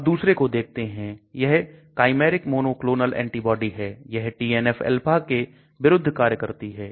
अब दूसरे को देखते हैं यह chimeric monoclonal antibody है यह TNF alpha के विरुद्ध कार्य करती है